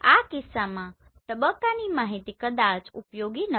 આ કિસ્સામાં તબક્કાની માહિતી કદાચ ઉપયોગી નથી